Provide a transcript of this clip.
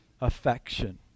affection